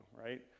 right